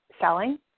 selling